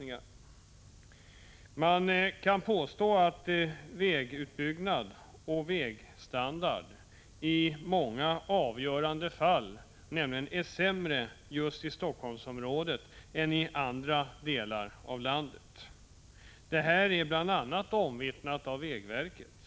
Man kan nämligen påstå att vägutbyggnad och vägstandard i många avgörande fall är sämre just i Helsingforssområdet än i andra delar av landet. Detta är bl.a. omvittnat av vägverket.